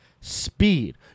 speed